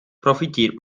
profitiert